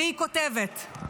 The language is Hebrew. והיא כותבת: